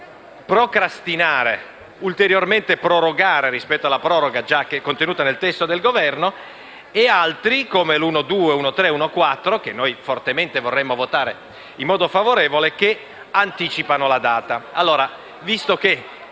vogliono ulteriormente prorogare rispetto alla proroga già contenuta nel testo del Governo, e altri, come l'1.2, l'1.3 e l'1.4, che noi fortemente vorremmo votare in modo favorevole, che anticipano la data. Visto che,